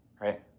right